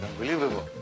unbelievable